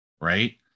Right